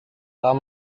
tom